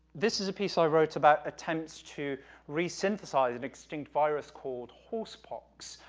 this is a piece i wrote about attempts to resinthsynthesize an extinct virus called horse pox